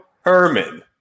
Herman